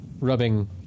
rubbing